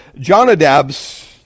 Jonadab's